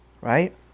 right